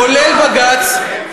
כולל בג"ץ,